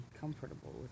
comfortable